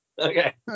okay